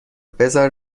بزار